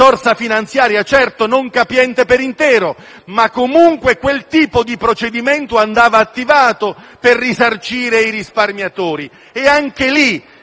finanziaria, certo non capiente per intero, ma comunque quel tipo di procedimento andava attivato per risarcire i risparmiatori.